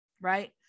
right